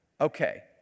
Okay